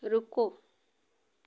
ਰੁਕੋ